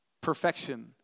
perfection